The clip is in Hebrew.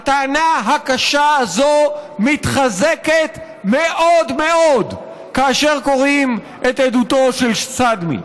הטענה הקשה הזאת מתחזקת מאוד מאוד כאשר קוראים את עדותו של שדמי.